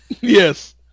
Yes